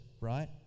right